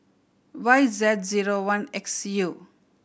Y Z zero one X U